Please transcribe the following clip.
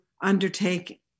undertake